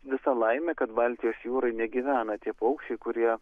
visa laimė kad baltijos jūroj negyvena tie paukščiai kurie